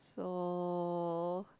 so